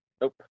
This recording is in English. Nope